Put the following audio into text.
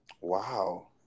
Wow